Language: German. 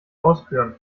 ausführen